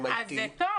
MIT. אז זה טוב,